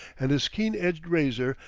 and his keen-edged razor,